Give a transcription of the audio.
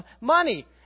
money